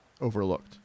overlooked